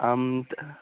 आम् त्